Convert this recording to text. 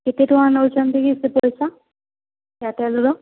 କେତେ ଟଙ୍କା ନେଉଛନ୍ତି କି ସେ ପଇସା ଏୟାରଟେଲ୍ର